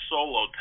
Solo